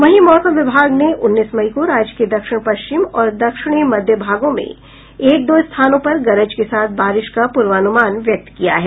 वहीं मौसम विभाग ने उन्नीस मई को राज्य के दक्षिण पश्चिम और दक्षिणी मध्य भागों में एक दो स्थानों पर गरज के साथ बारिश का पूर्वानुमान व्यक्त किया है